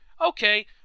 Okay